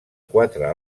quatre